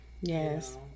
Yes